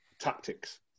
tactics